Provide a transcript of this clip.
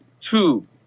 two